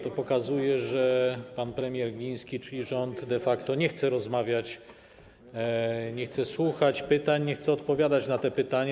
To pokazuje, że pan premier Gliński, czyli rząd, de facto nie chce rozmawiać, nie chce słuchać pytań, nie chce odpowiadać na te pytania.